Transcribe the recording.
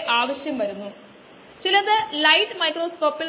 സാന്ദ്രത എന്നത് കോശങ്ങളുടെ മാസ്സ് ആണ്